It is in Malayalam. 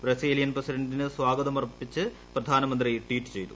ബ്രസീലിയൻ പ്രസിഡന്റിന് സ്വാഗതമർപ്പിച്ച് പ്രധാനമന്ത്രി ട്വീറ്റ് ചെയ്തു